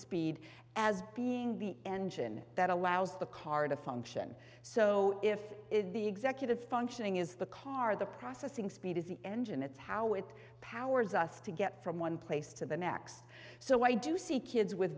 speed as being the engine that allows the car to function so if the executive functioning is the car the processing speed is the engine it's how it powers us to get from one place to the next so i do see kids with